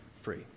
free